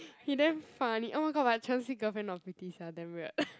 he damn funny oh my god but Qiang-Xi girlfriend not pretty sia damn weird